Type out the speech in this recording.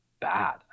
bad